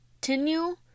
continue